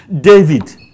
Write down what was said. David